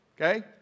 Okay